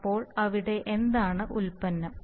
അപ്പോൾ അവിടെ എന്താണ് ഉൽപ്പന്നം